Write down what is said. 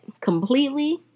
completely